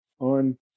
On